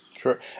Sure